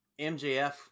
MJF